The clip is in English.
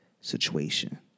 situation